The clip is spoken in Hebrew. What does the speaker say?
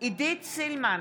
עידית סילמן,